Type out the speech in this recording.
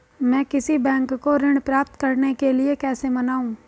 मैं किसी बैंक को ऋण प्राप्त करने के लिए कैसे मनाऊं?